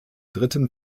dritten